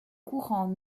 courants